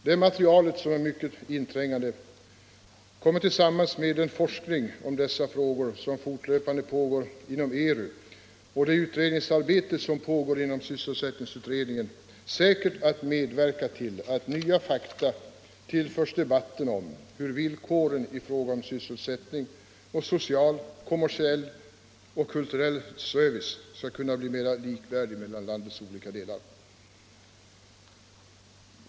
Detta material, som är mycket inträngande, kommer tillsammans med den forskning om dessa frågor som fortlöpande pågår inom ERU och det utredningsarbete som pågår inom sysselsättningsutredningen säkert att medverka till att nya fakta tillförs debatten om hur villkoren i fråga om sysselsättning och social, kommersiell och kulturell service skall kunna bli mera likvärdiga mellan landets olika delar.